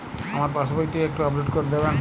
আমার পাসবই টি একটু আপডেট করে দেবেন?